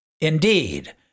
Indeed